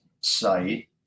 site